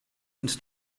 ins